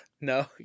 No